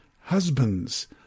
Husbands